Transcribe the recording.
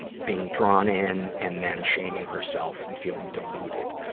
and being drawn in and then shaming herself and feeling deluded.